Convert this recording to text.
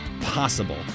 possible